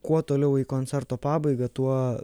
kuo toliau į koncerto pabaigą tuo